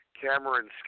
Cameron